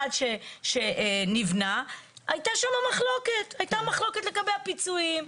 שנבנה, הייתה שם מחלוקת לגבי הפיצויים.